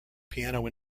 piano